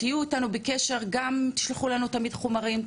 תהיו איתנו בקשר וגם תשלחו לנו תמיד חומרים,